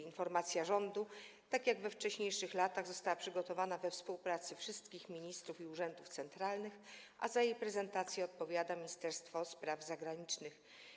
Informacja rządu, tak jak we wcześniejszych latach, została przygotowana we współpracy wszystkich ministerstw i urzędów centralnych, a za jej prezentację odpowiada Ministerstwo Spraw Zagranicznych.